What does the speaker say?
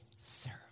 serve